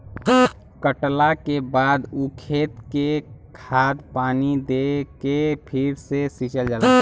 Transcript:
कटला के बाद ऊ खेत के खाद पानी दे के फ़िर से सिंचल जाला